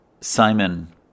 Simon